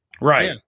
right